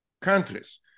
countries